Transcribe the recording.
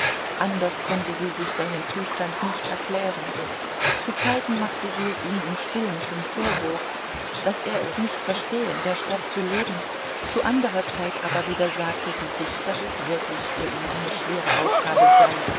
anders konnte sie sich seinen zustand nicht erklären zuzeiten machte sie es ihm im stillen zum vorwurf daß er es nicht verstehe in der stadt zu leben zu anderer zeit aber wieder sagte sie sich daß es wirklich für ihn eine schwere aufgabe sei